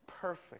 Perfect